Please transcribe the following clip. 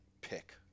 pick